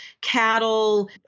cattle